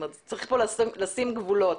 צריך פה לשים גבולות,